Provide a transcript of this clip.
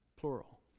Plural